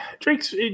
Drake's